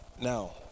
now